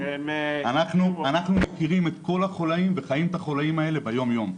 אנחנו מכירים את כל החולאים וחיים את החולאים האלה ביום-יום.